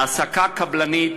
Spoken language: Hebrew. העסקה קבלנית